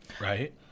right